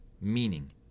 meaning